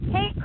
Hey